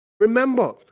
Remember